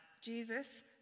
Jesus